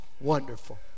wonderful